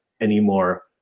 anymore